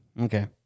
Okay